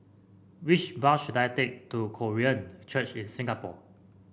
which bus should I take to Korean Church in Singapore